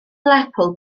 lerpwl